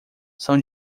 são